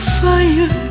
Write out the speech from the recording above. fire